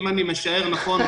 אם אני משער נכון,